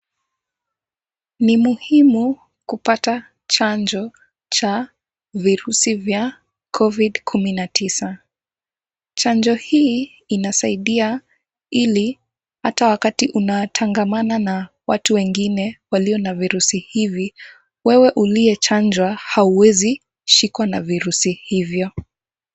Ni muhimu kupata chanjo cha virusi vya covid-19. Chanjo hii inasaidia ili ata wakati unatangamana na watu wengine walio na virusi hivi, wewe uliyechanjwa hauwezi shikwa na virusi hivyo.